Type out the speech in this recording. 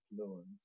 influence